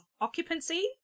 occupancy